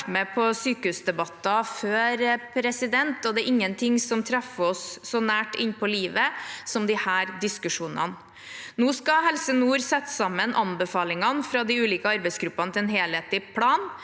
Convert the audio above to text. med på sykehusdebatter før, og det er ingenting som treffer oss så nært innpå livet som disse diskusjonene. Nå skal Helse nord sette sammen anbefalingene fra de ulike arbeidsgruppene til en helhetlig plan,